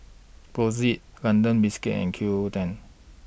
Brotzeit London Biscuits and Q O O ten